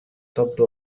تبدو